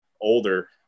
older